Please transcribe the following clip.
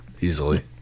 easily